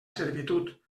servitud